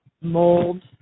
mold